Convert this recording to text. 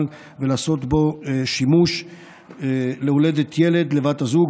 ולעשות בו שימוש להולדת ילד לבת הזוג,